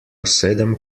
sedem